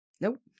Nope